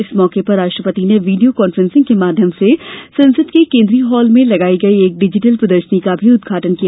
इस मौके पर राष्ट्रपति ने वीडियो कांफेंसिग के माध्यम से संसद के केन्द्रीय हाल में लगाई गई एक डिजिटल प्रदर्शनी का भी उद्घाटन किया